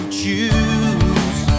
choose